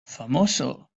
famoso